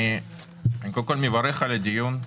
אני מברך על הדיון.